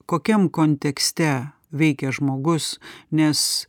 kokiam kontekste veikia žmogus nes